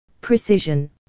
precision